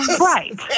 Right